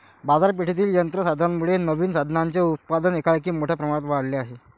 बाजारपेठेतील यंत्र साधनांमुळे नवीन साधनांचे उत्पादन एकाएकी मोठ्या प्रमाणावर वाढले आहे